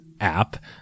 app